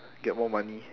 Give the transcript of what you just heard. get more money